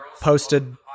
posted